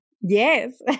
Yes